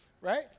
right